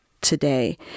today